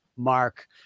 Mark